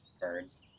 birds